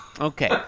Okay